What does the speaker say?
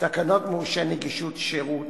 תקנות מורשי נגישות שירות,